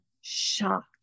shocked